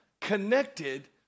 connected